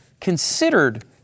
considered